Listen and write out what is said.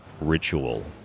ritual